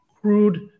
crude